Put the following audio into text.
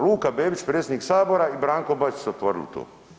Luka Bebić, predsjednik sabora i Branko Bačić su otvorili to.